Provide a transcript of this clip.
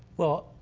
well,